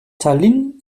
tallinn